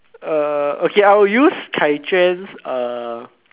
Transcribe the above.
uh okay I will use Kai-Juan's uh